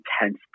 intense